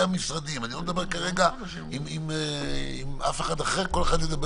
משרדי הממשלה מסכימים לגמרי שזה לא יחול